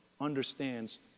understands